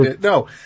no